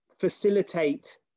facilitate